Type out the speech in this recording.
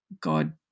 God